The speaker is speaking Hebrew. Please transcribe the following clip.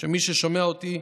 מי ששומע אותי,